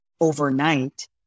overnight